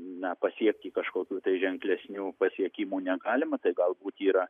na pasiekti kažkokių ženklesnių pasiekimų negalima tai galbūt yra